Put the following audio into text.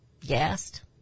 Gassed